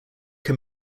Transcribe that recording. can